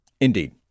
Indeed